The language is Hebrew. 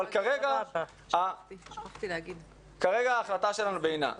אבל כרגע ההחלטה שלנו בעינה.